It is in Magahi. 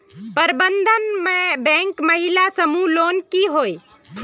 प्रबंधन बैंक महिला समूह लोन की होय?